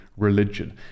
Religion